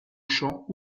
champ